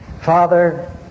Father